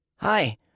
Hi